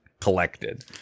collected